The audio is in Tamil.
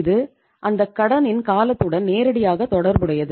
இது அந்தக் கடனின் காலத்துடன் நேரடியாக தொடர்புடையது